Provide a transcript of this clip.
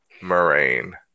Moraine